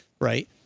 Right